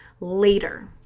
later